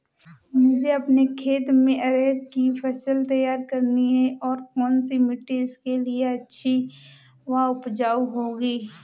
मुझे अपने खेत में अरहर की फसल तैयार करनी है और कौन सी मिट्टी इसके लिए अच्छी व उपजाऊ होगी?